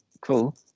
cool